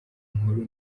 nkuru